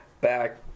Back